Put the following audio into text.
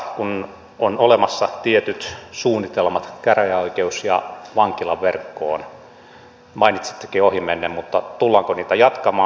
kun on olemassa tietyt suunnitelmat käräjäoikeus ja vankilaverkkoon mainitsittekin ohimennen tullaanko niitä jatkamaan